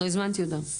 לא הזמנתי אותם.